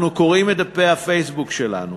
אנחנו קוראים את דפי הפייסבוק שלנו,